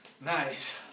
Nice